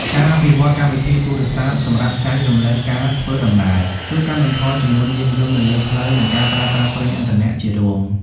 ការអភិវឌ្ឍកម្មវិធីទូរស័ព្ទសម្រាប់ចែករំលែកការធ្វើដំណើរ ជួយកាត់បន្ថយចំនួនយានយន្តនៅលើផ្លូវ និងការប្រើប្រាស់ប្រេងឥន្ធនៈជារួម។